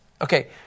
Okay